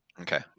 Okay